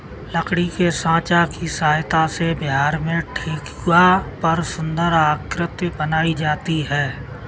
लकड़ी के साँचा की सहायता से बिहार में ठेकुआ पर सुन्दर आकृति बनाई जाती है